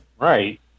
right